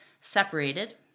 separated